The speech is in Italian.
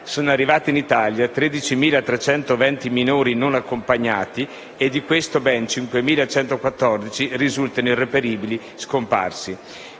sono arrivati in Italia 13.320 minori non accompagnati e di questi ben 5.114 risultano irreperibili, scomparsi.